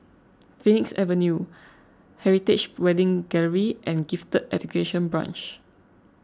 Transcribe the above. Phoenix Avenue Heritage Wedding Gallery and Gifted Education Branch